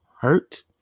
hurt